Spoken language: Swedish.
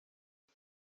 det